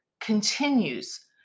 continues